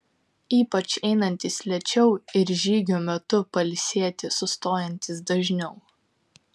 ypač einantys lėčiau ir žygio metu pailsėti sustojantys dažniau